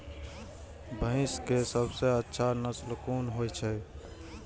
भैंस के सबसे अच्छा नस्ल कोन होय छे?